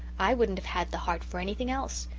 i wouldn't have had the heart for anything else.